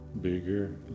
bigger